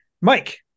Mike